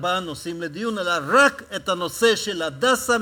ארבעה נושאים לדיון אלא רק את הנושא של "הדסה",